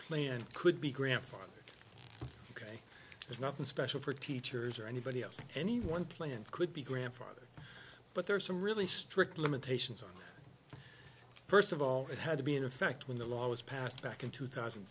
plan could be grandfathered ok there's nothing special for teachers or anybody else any one plant could be grandfathered but there are some really strict limitations on first of all it had to be in effect when the law was passed back in two thousand and